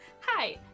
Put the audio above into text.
Hi